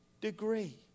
degree